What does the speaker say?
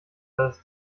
das